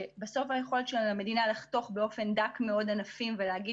שבסוף היכולת של המדינה לחתוך באופן דק מאוד ענפים ולהגיד